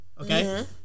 Okay